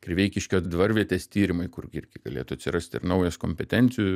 kriveikiškio dvarvietės tyrimai kur irgi galėtų atsirasti ir naujas kompetencijų